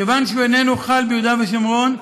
כיוון שהוא איננו חל ביהודה ושומרון,